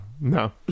no